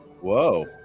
Whoa